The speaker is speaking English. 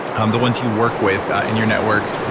um the ones you work with in your network,